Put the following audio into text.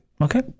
Okay